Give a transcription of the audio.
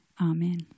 Amen